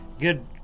good